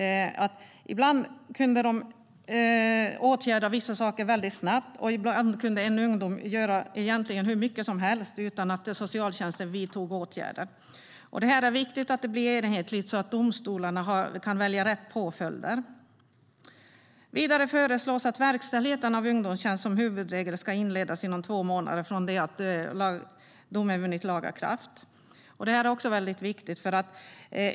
Ibland kunde de åtgärda vissa saker väldigt snabbt. Ibland kunde en ungdom egentligen göra hur mycket som helst utan att socialtjänsten vidtog åtgärder. Det är viktigt att det blir enhetligt så att domstolarna kan välja rätt påföljder. Vidare förslås att verkställigheten av ungdomstjänst som huvudregel ska inledas inom två månader från det att domen vunnit laga kraft. Det är också väldigt viktigt.